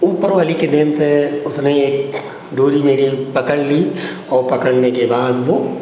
ऊपर वाले की देन से उसने यह डोरी मेरी पकड़ ली और पकड़ने के बाद वह